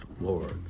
Lord